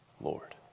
Lord